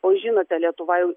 o žinote lietuva jau